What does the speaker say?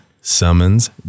summons